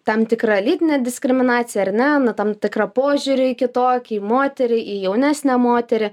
tam tikrą lytinę diskriminaciją ar ne na tam tikrą požiūrį į kitokį į moterį į jaunesnę moterį